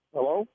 Hello